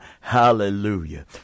hallelujah